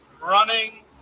Running